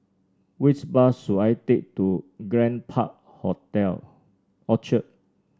which bus should I take to Grand Park Hotel Orchard